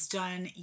done